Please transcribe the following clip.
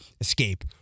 escape